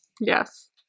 Yes